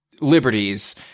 liberties